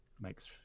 makes